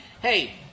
Hey